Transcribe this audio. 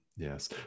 Yes